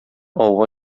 ауга